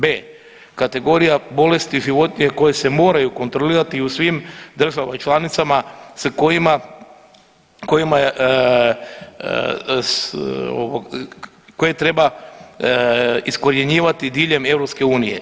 B, kategorija bolesti životinje koje se moraju kontrolirati u svim državama članicama sa kojima, kojima, koje treba iskorjenjivati diljem EU.